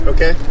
Okay